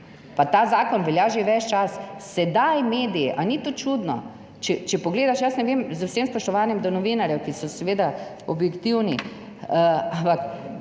pa ta zakon velja že ves čas. Sedaj mediji, a ni to čudno, če pogledaš, jaz ne vem, z vsem spoštovanjem do novinarjev, ki so seveda objektivni, ampak